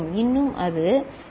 இன்னும் அது டி 0